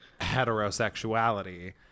heterosexuality